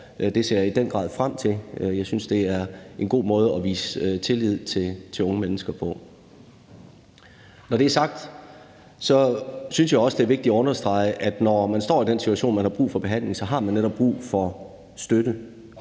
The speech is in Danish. Det ser jeg i den grad frem til. Jeg synes, det er en god måde at vise tillid til unge mennesker på. Når det er sagt, synes jeg også, det er vigtigt at understrege, at når man står i den situation, at man har brug for behandling, har man netop brug for støtte